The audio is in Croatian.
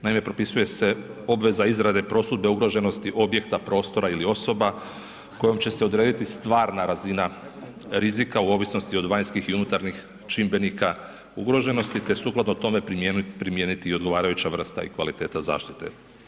Naime, propisuje se obveza izrade prosudbe ugroženosti objekta prostora ili osoba kojom će se odrediti stvarna razina rizika u ovisnosti od vanjskih i unutarnjih čimbenika ugroženosti te sukladno tome primijeniti i odgovarajuća i vrsta i kvaliteta zaštite.